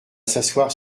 s’asseoir